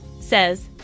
says